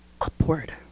upward